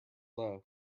low